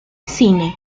cine